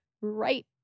right